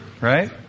Right